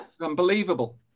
Unbelievable